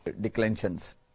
declensions